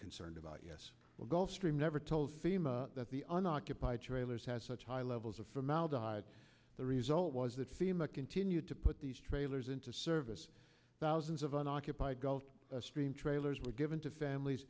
concerned about yes the gulf stream never told fema that the unoccupied trailers had such high levels of formaldehyde the result was that fema continued to put these trailers into service thousands of unoccupied gulf stream trailers were given to families